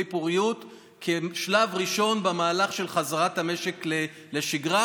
פוריות כשלב ראשון במהלך של חזרת המשק לשגרה.